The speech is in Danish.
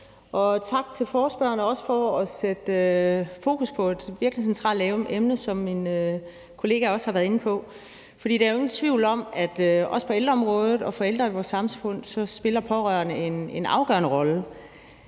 Og tak til forespørgerne, også for at sætte fokus på et virkelig centralt emne, som min kollega også har været inde på. For der er jo ingen tvivl om, at også på ældreområdet og for ældre i vores samfund spiller pårørende en afgørende rolle.